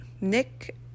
nick